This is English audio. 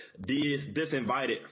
disinvited